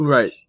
Right